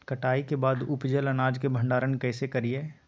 कटाई के बाद उपजल अनाज के भंडारण कइसे करियई?